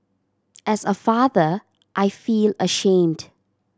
as a father I feel ashamed